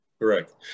correct